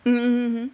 mm mmhmm